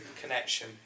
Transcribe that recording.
Connection